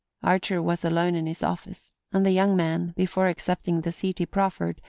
archer was alone in his office, and the young man, before accepting the seat he proffered,